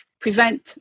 prevent